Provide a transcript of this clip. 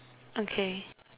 okay